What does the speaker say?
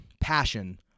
passion